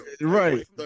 right